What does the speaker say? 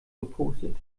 gepostet